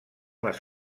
les